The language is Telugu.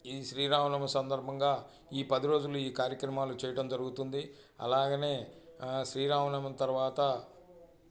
ఈ శ్రీరామనవమి సందర్భంగా ఈ పది రోజులు ఈ కార్యక్రమాలు చేయటం జరుగుతుంది అలాగనే శ్రీరామనవమి తర్వాత